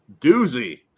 doozy